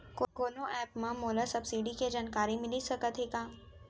कोनो एप मा मोला सब्सिडी के जानकारी मिलिस सकत हे का?